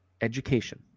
education